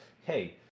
hey